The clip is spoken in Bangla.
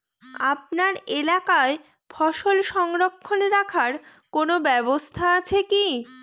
আপনার এলাকায় ফসল সংরক্ষণ রাখার কোন ব্যাবস্থা আছে কি?